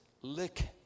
lick